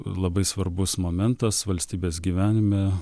labai svarbus momentas valstybės gyvenime